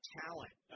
talent